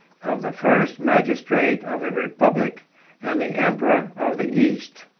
of the first magistrate of a republic and the emperor of the east.